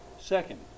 Second